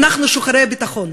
אנחנו שוחרי הביטחון,